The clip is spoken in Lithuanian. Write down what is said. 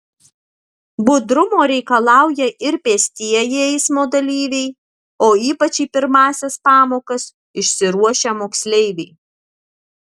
budrumo reikalauja ir pėstieji eismo dalyviai o ypač į pirmąsias pamokas išsiruošę moksleiviai